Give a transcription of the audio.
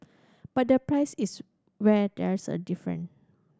but the price is where there's a different